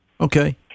okay